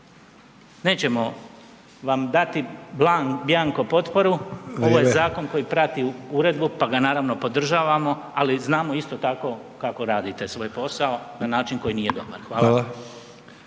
Nećemo vam dati bjanko potporu …/Upadica: Vrijeme./… ovo je zakon koji prati uredbu pa ga naravno podržavamo, ali znamo isto tako kako radite svoj posao na način koji nije dobar. Hvala.